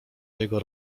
jego